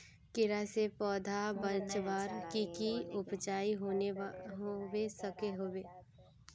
कीड़ा से पौधा बचवार की की उपाय होबे सकोहो होबे?